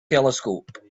telescope